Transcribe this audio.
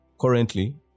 Currently